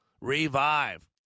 Revive